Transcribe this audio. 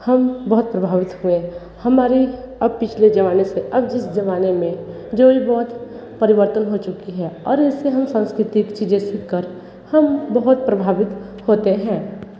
हम बहुत प्रभावित हुए हमारी अब पिछले ज़माने से अब इस ज़माने में जो ये बहुत परिवर्तन हो चुके हैं और इस से हम सांस्कृतिक चीज़ें सीख कर हम बहुत प्रभावित होते हैं